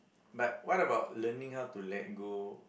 but what about learning how to let go